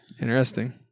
Interesting